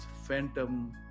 phantom